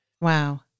Wow